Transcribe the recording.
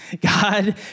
God